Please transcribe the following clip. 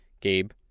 Gabe